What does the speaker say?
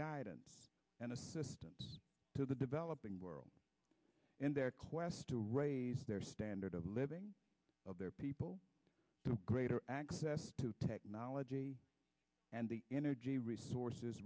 guidance and assistance to the developing world in their quest to raise their standard of living of their people and greater access to technology and the energy resources